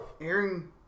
Aaron